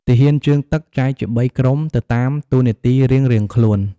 ទាហានជើងទឹក ចែកជា៣ក្រុមទៅតាមតូនាទីរៀងៗខ្លួន។